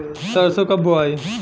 सरसो कब बोआई?